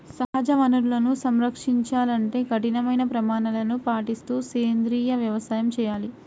సహజ వనరులను సంరక్షించాలంటే కఠినమైన ప్రమాణాలను పాటిస్తూ సేంద్రీయ వ్యవసాయం చేయాలి